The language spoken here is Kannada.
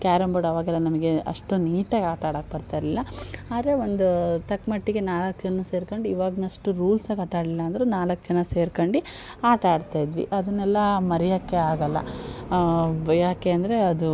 ಕ್ಯಾರಮ್ ಬೋರ್ಡ್ ಅವಾಗೆಲ್ಲ ನಮಗೆ ಅಷ್ಟೊಂದು ನೀಟಾಗಿ ಆಟ ಆಡೋಕ್ ಬರ್ತಾಯಿರಲಿಲ್ಲ ಆದರೆ ಒಂದು ತಕ್ಕಮಟ್ಟಿಗೆ ನಾಲ್ಕು ಜನ ಸೇರ್ಕೊಂಡ್ ಈವಾಗಿನಷ್ಟು ರೂಲ್ಸಾಗಿ ಆಟಾಡಿಲ್ಲಾಂದ್ರು ನಾಲ್ಕು ಜನ ಸೇರ್ಕೊಂಡು ಆಟಾಡ್ತಾಯಿದ್ವಿ ಅದನ್ನೆಲ್ಲ ಮರೆಯೊಕೆ ಆಗೋಲ್ಲ ಯಾಕಂದ್ರೆ ಅದು